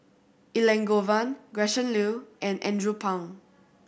Elangovan Gretchen Liu and Andrew Phang